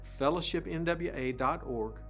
fellowshipnwa.org